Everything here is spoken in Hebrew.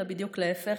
אלא בדיוק להפך.